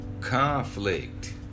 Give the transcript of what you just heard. Conflict